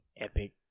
epic